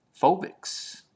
phobics